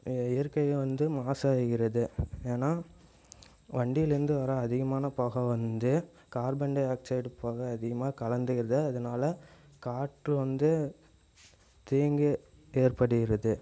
இயற்கையும் வந்து மாசு ஆகிறது ஏன்னால் வண்டியிலேருந்து வர அதிகமான புக வந்து கார்பன் டைஆக்ஸைடு புக அதிகமாக கலந்துகிறது அதனால் காற்று வந்து தீங்கு ஏற்படுகிறது